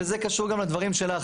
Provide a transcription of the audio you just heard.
וזה קשור גם לדברים שלך,